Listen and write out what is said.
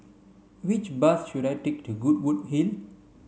which bus should I take to Goodwood Hill